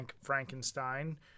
Frankenstein